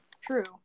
True